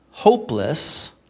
hopeless